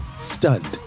stunned